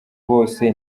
bose